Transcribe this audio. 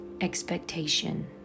expectation